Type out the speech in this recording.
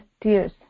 tears